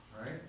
right